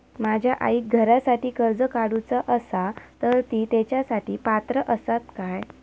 माझ्या आईक घरासाठी कर्ज काढूचा असा तर ती तेच्यासाठी पात्र असात काय?